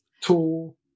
tool